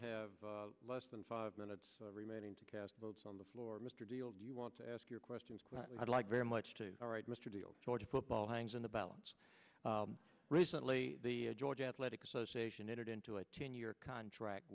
have less than five minutes remaining to cast votes on the floor mr deal do you want to ask your questions i'd like very much to all right mr deal georgia football hangs in the balance recently the georgia athletic association entered into a ten year contract